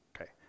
Okay